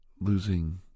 losing